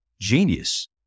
genius